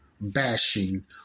bashing